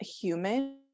human